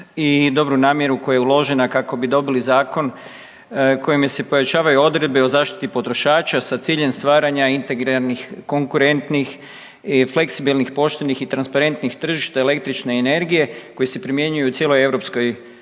dobru namjeru koja je uložena kako bi dobili zakon kojim se pojačavaju odredbe o zaštiti potrošača sa ciljem stvaranja integrarnih konkurentnih i fleksibilnih poštenih i transparentnih tržišta električne energije koji se primjenjuje u cijeloj EU, a koje